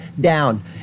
down